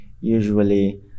usually